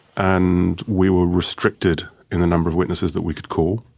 and we were restricted in the number of witnesses that we could call.